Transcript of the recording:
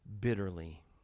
bitterly